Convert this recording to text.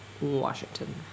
Washington